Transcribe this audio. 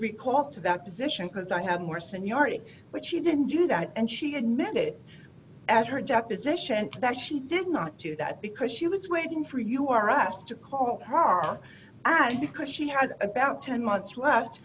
recall to that position because i have more seniority but she didn't do that and she admitted at her deposition that she did not do that because she was waiting for you are asked to call her on and because she had about ten months left